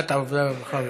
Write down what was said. והבריאות.